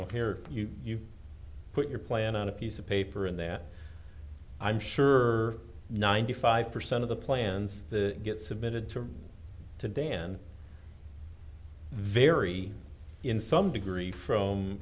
know here you put your plan on a piece of paper and that i'm sure ninety five percent of the plans the get submitted to to dan vary in some degree from